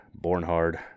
Bornhard